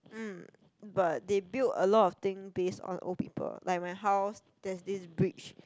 mm but they build a lot of thing base on old people like my house there's this bridge